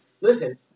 listen